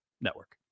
Network